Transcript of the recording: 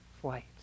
flight